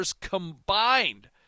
combined